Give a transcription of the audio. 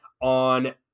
on